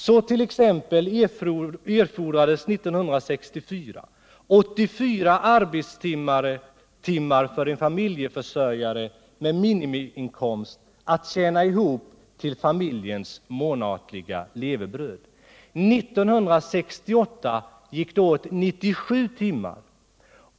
Så t.ex. erfordrades det 1964 84 arbetstimmar för en familjeförsörjare med minimiinkomst att tjäna ihop till familjens månatliga levebröd. 1968 gick det åt 97 timmar.